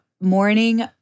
morning